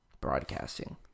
Broadcasting